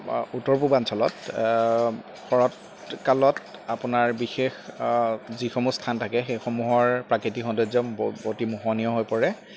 উত্তৰ পূৰ্বাঞ্চলত শৰৎ কালত আপোনাৰ বিশেষ যিসমূহ স্থান থাকে সেইসমূহৰ প্ৰাকৃতিক সৌন্দৰ্য অতি মহনীয় হৈ পৰে